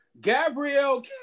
Gabrielle